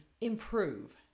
improve